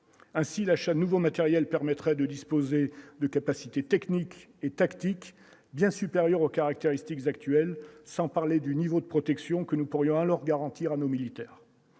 ainsi l'achat de nouveau matériel permettrait de disposer de capacités techniques et tactiques bien supérieur aux caractéristiques actuelles, sans parler du niveau de protection que nous pourrions alors garantir à nos militaires